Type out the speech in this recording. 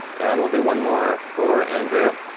and we'll do one more for andrew.